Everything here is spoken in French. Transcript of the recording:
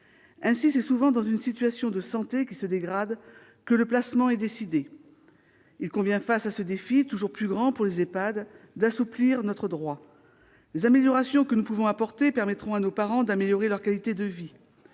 Ainsi, c'est souvent dans une situation de santé dégradée que le placement est décidé. Au regard de ce défi toujours plus grand pour les EHPAD, il convient d'assouplir notre droit. Les améliorations que nous pouvons apporter permettront d'améliorer la qualité de vie